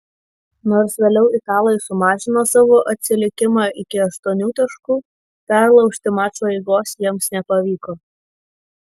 nors vėliau italai sumažino savo atsilikimą iki aštuonių taškų perlaužti mačo eigos jiems nepavyko